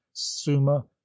summa